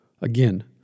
again